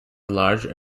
large